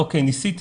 'ניסיתי,